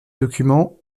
documents